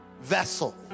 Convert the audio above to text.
vessel